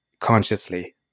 consciously